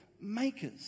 makers